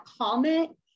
comment